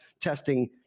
testing